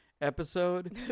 episode